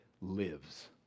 lives